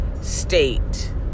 state